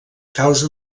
causa